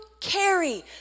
carry